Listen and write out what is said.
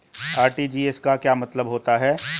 RTGS का क्या मतलब होता है?